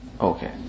Okay